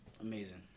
Amazing